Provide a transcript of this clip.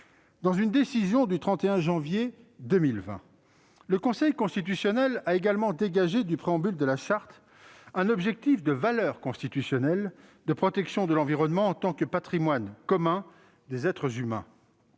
Dans une décision du 31 janvier 2020, le Conseil constitutionnel a également dégagé du préambule de la Charte un objectif de valeur constitutionnelle de protection de l'environnement en tant que patrimoine commun des êtres humains.